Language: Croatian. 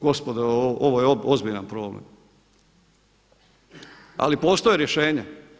Gospodo ovo je ozbiljan problem, ali postoje rješenja.